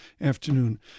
afternoon